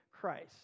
Christ